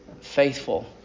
faithful